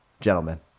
gentlemen